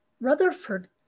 Rutherford